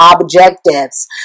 objectives